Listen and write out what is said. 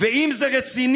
/ ואם זה רציני,